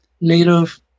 native